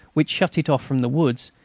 which shut it off from the woods,